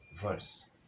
verse